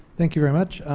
thank you very much,